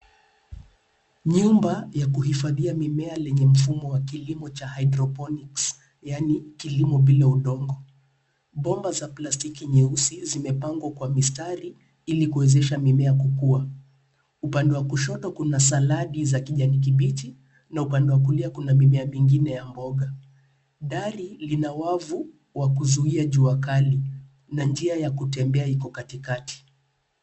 Nyumba ya kuhifadhia mimea lenye mfumo wa kilimo cha hydroponics yaani kilimo bila udongo. Bomba za plastiki nyeusi zimepangwa kwa mistari ili kuwezesha mimea kukua. Upande wa kushoto kuna saladi za kijani kibichi na upande wa kulia kuna mimea mingine ya mboga. Dari lina wavu wa kuzuia jua kali na njia ya kutembea iko katikati.